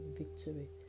victory